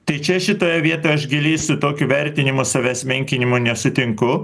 tai čia šitoje vietoje aš giliai su tokiu vertinimu savęs menkinimu nesutinku